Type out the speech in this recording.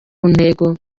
ntego